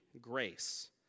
grace